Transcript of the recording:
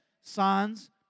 signs